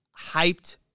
hyped